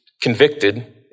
convicted